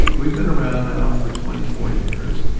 we've been around now for twenty four years,